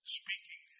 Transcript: speaking